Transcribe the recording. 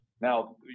Now